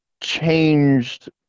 changed